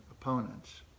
opponents